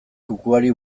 kukuari